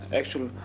actual